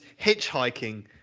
hitchhiking